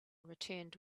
returned